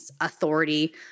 authority